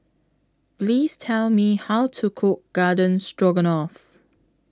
Please Tell Me How to Cook Garden Stroganoff